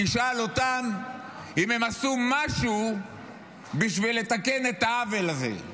תשאל אותם אם הם עשו משהו בשביל לתקן את העוול הזה.